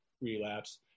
relapse